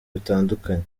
bitandukanye